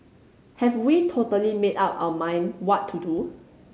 have we totally made up our mind what to do